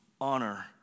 honor